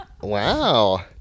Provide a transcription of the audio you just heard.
Wow